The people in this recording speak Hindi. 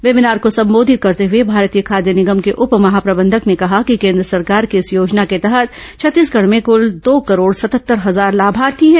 वेबीनार को संबोधित करते हुए भारतीय खाद्य निगम के उप महाप्रबंधक ने कहा कि केन्द्र सरकार की इस योजना के तहत छत्तीसगढ में कुल दो करोड सतहत्तर हजार लामार्थी हैं